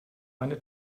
eine